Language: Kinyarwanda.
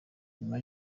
nyuma